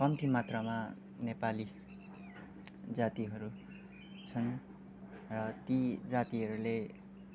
कम्ति मात्रामा नेपाली जातिहरू छन् र ती जातिहरूले